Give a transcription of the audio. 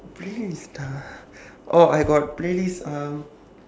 playlist ah oh I got playlist um